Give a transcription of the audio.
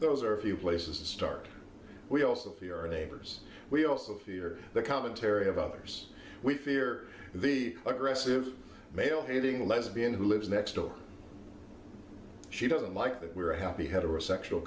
those are a few places to start we also your neighbors we also hear the commentary of others we fear the aggressive male hating lesbian who lives next door she doesn't like that we're happy heterosexual